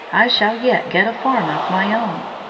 i shall yet get a farm of my own.